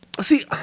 See